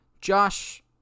Josh